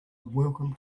welcome